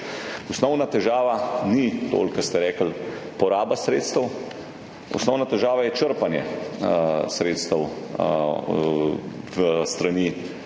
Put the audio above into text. Osnovna težava ni toliko, kar ste rekli, poraba sredstev. Osnovna težava je črpanje sredstev s strani